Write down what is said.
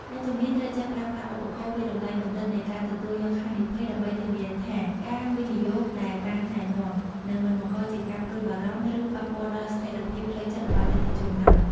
អ្នកជំនាញត្រូវចេះប្រើប្រាស់ឧបករណ៍វាយតម្លៃកម្រិតនៃការទទួលយកហានិភ័យ ដើម្បីធានាថាការវិនិយោគដែលបានណែនាំ នឹងមិនបង្កជាការព្រួយបារម្ភ ឬប៉ះពាល់ដល់ស្ថិរភាពផ្លូវចិត្តរបស់អតិថិជនឡើយ។